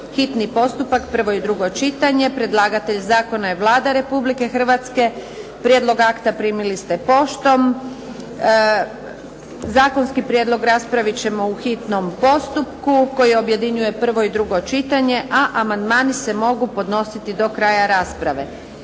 hitni postupak, prvo i drugo čitanje, P.Z.br. 324 Predlagatelj zakona je Vlada Republike Hrvatske. Prijedlog akta primili ste poštom. Zakonski prijedlog raspravit ćemo u hitnom postupku koji objedinjuje prvo i drugo čitanje, a amandmani se mogu podnositi do kraja rasprave.